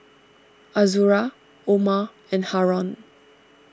Azura Omar and Haron